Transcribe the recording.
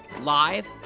live